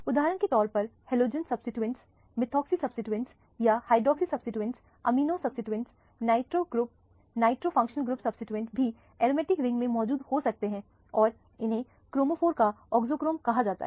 उदाहरण के तौर पर हैलोजन सब्सीट्यूएंट्स मेथॉक्सी सब्सीट्यूएंट्स या hydroxy substituents amino substituents nitro functional group substituents भी एरोमेटिक रिंग में मौजूद हो सकते हैं और इन्हें क्रोमोफोर्स का ऑक्सोक्रोम कहा जाता है